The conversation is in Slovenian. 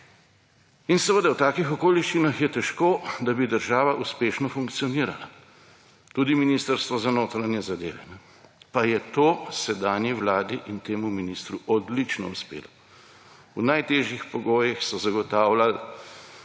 In seveda v takih okoliščinah je težko, da bi država uspešno funkcionirala. Tudi Ministrstvo za notranje zadeve. Pa je to sedanji vladi in temu ministru odlično uspelo. V najtežjih pogojih so zagotavljali